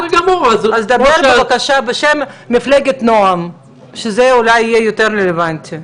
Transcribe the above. אז דבר בבקשה בשם מפלגת נעם שזה יהיה אולי יותר רלוונטי,